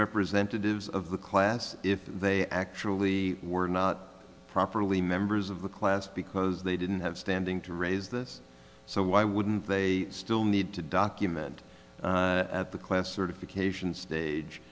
represented of the class if they actually were not properly members of the class because they didn't have standing to raise this so why wouldn't they still need to document the class sort of occasion stage